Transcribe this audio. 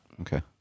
Okay